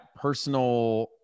personal